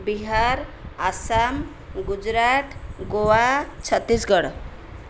Bihar Assam Gujarat Goa Chhattisgarh